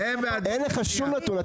אין לך שום נתון,